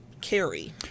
carry